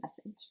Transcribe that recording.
message